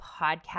podcast